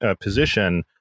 position